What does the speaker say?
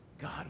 God